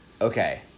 Okay